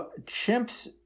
chimps